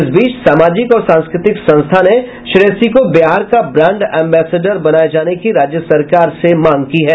इस बीच सामाजिक और सांस्कृति संस्था ने श्रेयसी को बिहार का ब्रांड अम्बेसडर बनाये जाने की राज्य सरकार से मांग की है